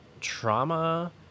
trauma